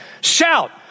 shout